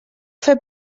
fer